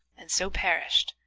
and so perished,